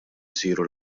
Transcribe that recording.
isiru